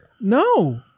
No